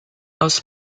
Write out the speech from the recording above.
aus